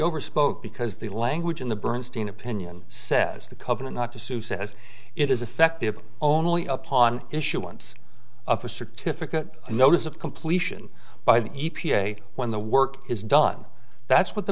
overspoke because the language in the bernstein opinion says the covenant not to sue says it is effective only upon issuance of a certificate a notice of completion by the e p a when the work is done that's what the